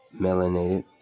melanated